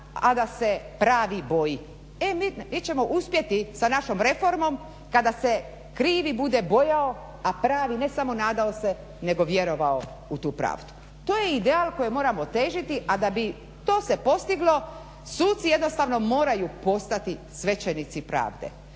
a da se pravi boji. E mi ćemo uspjeti sa našom reformom kada se krivi bude bojao, a pravi ne samo nadao se nego vjerovao u tu pravdu. To je ideal kojem trebamo težiti, a da bi to se postiglo suci jednostavno moraju postati svećenici pravde.